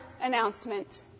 announcement